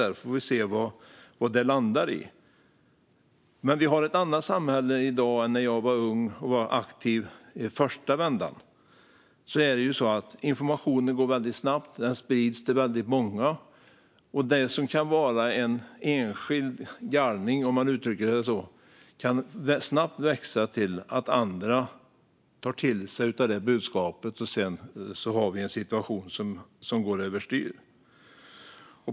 Vi får se vad det landar i. I dag har vi ett annat samhälle än när jag var ung och aktiv den första vändan. Informationen sprids snabbt till väldigt många. Det som kan vara en enskild galning, om man uttrycker det på det sättet, kan snabbt sprida sig när andra tar till sig budskapet. Sedan har vi en situation som går över styr.